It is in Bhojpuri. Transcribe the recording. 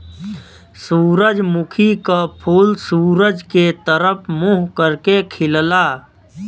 सूरजमुखी क फूल सूरज के तरफ मुंह करके खिलला